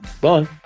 Bye